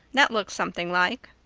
that looks something like.